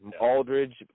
Aldridge